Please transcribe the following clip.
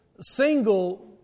single